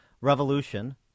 Revolution